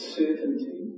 certainty